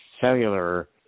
cellular